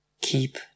keep